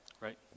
Right